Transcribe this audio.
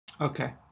Okay